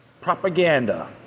propaganda